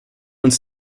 uns